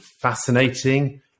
fascinating